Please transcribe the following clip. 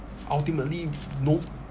ultimately know